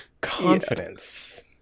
confidence